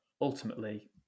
ultimately